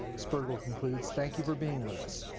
spergel concludes. thank you for being with us.